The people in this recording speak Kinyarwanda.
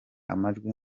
amajwi